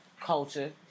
culture